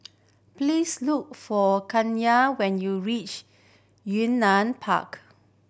please look for Kaliyah when you reach Yunnan Park